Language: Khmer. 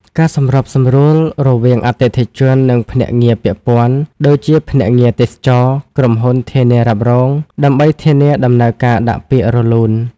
ការសម្របសម្រួលរវាងអតិថិជន និងភ្នាក់ងារពាក់ព័ន្ធ ដូចជាភ្នាក់ងារទេសចរណ៍ ក្រុមហ៊ុនធានារ៉ាប់រង ដើម្បីធានាដំណើរការដាក់ពាក្យរលូន។